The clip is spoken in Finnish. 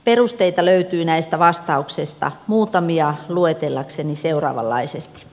perusteita löytyy näistä vastauksista muutamia luetellakseni seuraavanlaisesti